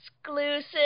exclusive